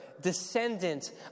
descendant